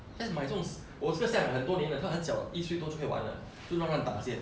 just 买那种我这个现在买很多年的他很小一岁都就可以玩了就乱乱打现